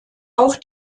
auch